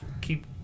keep